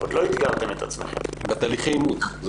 היא בתהליכי אימוץ.